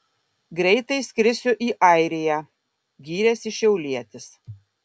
greitai skrisiu į airiją gyrėsi šiaulietis